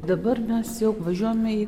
dabar mes jau važiuojame į